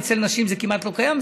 אצל נשים זה כמעט לא קיים,